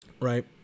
right